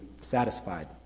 satisfied